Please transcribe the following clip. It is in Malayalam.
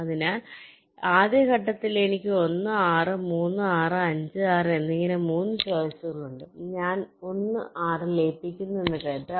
അതിനാൽ ആദ്യ ഘട്ടത്തിൽ എനിക്ക് 1 6 3 6 5 6 എന്നിങ്ങനെ 3 ചോയ്സുകൾ ഉണ്ട് ഞാൻ 1 6 ലയിപ്പിക്കുന്നു എന്ന് കരുതുക